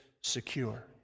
secure